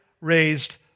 raised